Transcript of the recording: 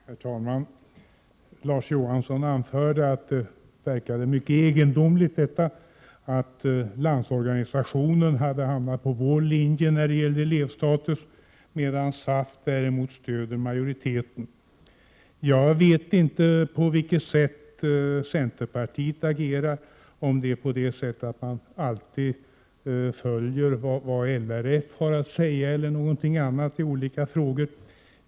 Herr talman! Larz Johansson anförde att det verkade mycket egendomligt att Landsorganisationen hade hamnat på vår linje i fråga om elevstatus, medan SAF däremot stöder majoriteten. Jag vet inte på vilket sätt centerpartiet agerar, dvs. om man alltid följer det LRF har att säga i olika frågor eller om man gör på något annat sätt.